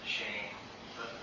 shame